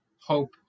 hope